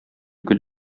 гөл